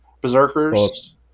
Berserkers